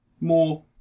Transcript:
more